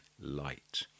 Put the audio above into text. light